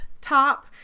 top